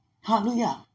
Hallelujah